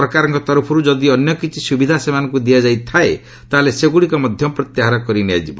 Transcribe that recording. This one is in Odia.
ସରକାରଙ୍କ ତରଫରୁ ଯଦି ଅନ୍ୟକିଛି ସୁବିଧା ସେମାନଙ୍କୁ ଦିଆଯାଇଥାଏ ତାହାହେଲେ ସେଗୁଡ଼ିକ ମଧ୍ୟ ପ୍ରତ୍ୟାହାର କରିନିଆଯିବ